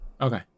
Okay